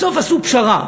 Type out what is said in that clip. בסוף עשו פשרה.